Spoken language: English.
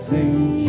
Sing